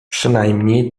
przynajmniej